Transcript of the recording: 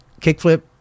kickflip